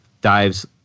dives